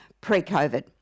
pre-COVID